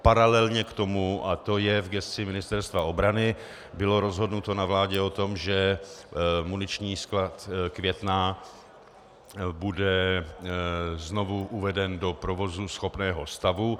Paralelně k tomu, a to je v gesci Ministerstva obrany, bylo rozhodnuto na vládě o tom, že muniční sklad Květná bude znovu uveden do provozuschopného stavu.